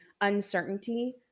uncertainty